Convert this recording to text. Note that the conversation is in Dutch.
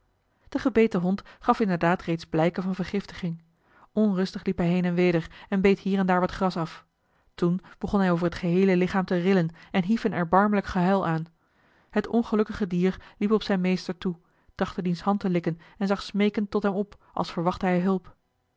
de gebeten hond gaf inderdaad reeds blijken van vergiftiging onrustig liep hij heen en weder en beet hier en daar wat gras af toen begon hij over het geheele lichaam te rillen en hief een erbarmelijk gehuil aan het ongelukkige dier liep op zijn meester toe trachtte diens hand te likken en zag smeekend tot hem op als verwachtte hij hulp